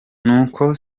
nuko